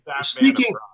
Speaking